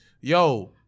yo